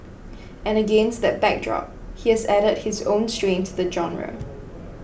and against that backdrop he has added his own strain to the genre